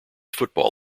football